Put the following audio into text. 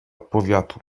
powiatu